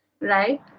Right